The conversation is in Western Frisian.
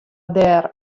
dêr